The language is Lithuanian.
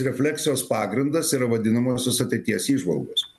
refleksijos pagrindas yra vadinamosios ateities įžvalgos